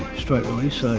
straight release.